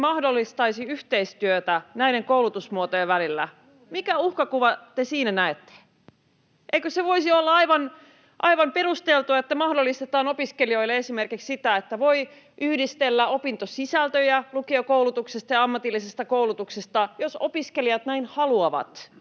mahdollistaisi yhteistyötä näiden koulutusmuotojen välillä? [Anna Kontula: Juuri näin!] Minkä uhkakuvan te siinä näette? Eikö se voisi olla aivan perusteltua, että mahdollistetaan opiskelijoille esimerkiksi sitä, että voi yhdistellä opintosisältöjä lukiokoulutuksesta ja ammatillisesta koulutuksesta, jos opiskelijat näin haluavat?